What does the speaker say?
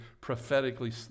prophetically